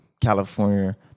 California